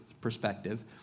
perspective